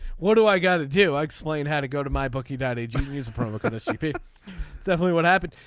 what do i got to do. i explain how to go to my bookie that age he's probably kind of stupid. it's definitely what happened.